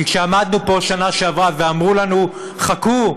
כשעמדנו פה בשנה שעברה, אמרו לנו: חכו,